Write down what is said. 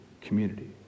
community